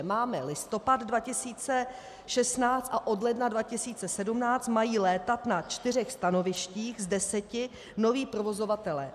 Máme listopad 2016 a od ledna 2017 mají létat na čtyřech stanovištích z deseti noví provozovatelé.